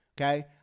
Okay